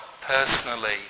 personally